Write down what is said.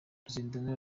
ruzindana